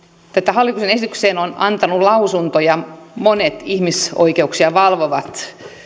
hallituksen esitykseen ovat antaneet lausuntoja monet ihmisoikeuksia valvovat